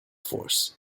force